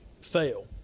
fail